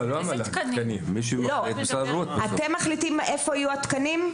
אתם מחליטים איפה יהיו התקנים?